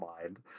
mind